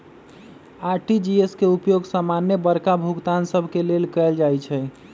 RTGS के उपयोग समान्य बड़का भुगतान सभ के लेल कएल जाइ छइ